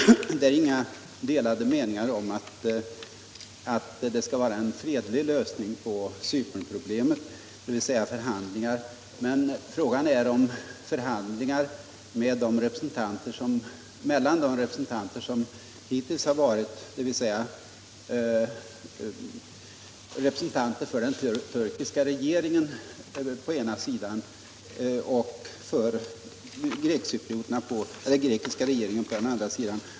Herr talman! Vi har inga delade meningar om att det skall vara en fredlig lösning på Cypernproblemet, dvs. förhandlingar, men frågan är om de förhandlingar som hittills har förts, dvs. mellan å ena sidan turk å andra sidan företrädare för Cyperns regering, kommer att leda någon Torsdagen den vart. Turkiet har använt dem som ett medel att sabotera en lösning.